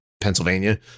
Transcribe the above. Pennsylvania